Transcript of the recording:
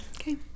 Okay